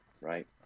right